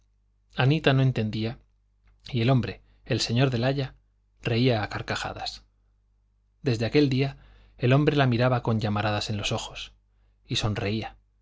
anita no entendía y el hombre el señor del aya reía a carcajadas desde aquel día el hombre la miraba con llamaradas en los ojos y sonreía